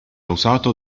usato